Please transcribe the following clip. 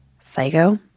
Psycho